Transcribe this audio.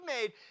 made